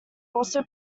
also